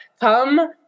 Come